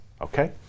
Okay